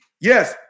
Yes